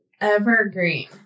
Evergreen